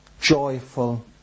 joyful